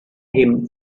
him